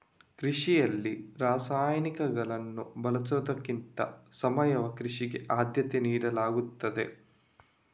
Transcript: ಕೃಷಿಯಲ್ಲಿ ರಾಸಾಯನಿಕಗಳನ್ನು ಬಳಸುವುದಕ್ಕಿಂತ ಸಾವಯವ ಕೃಷಿಗೆ ಆದ್ಯತೆ ನೀಡಲಾಗ್ತದೆ